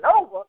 over